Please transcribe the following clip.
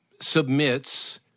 submits